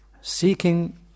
Seeking